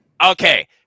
Okay